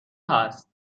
هست